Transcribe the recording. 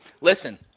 listen –